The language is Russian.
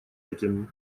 этим